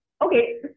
Okay